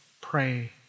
pray